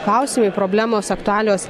klausimai problemos aktualijos